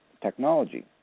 Technology